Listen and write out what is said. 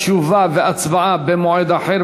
תשובה והצבעה במועד אחר,